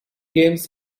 games